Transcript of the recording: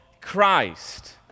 Christ